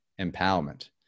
empowerment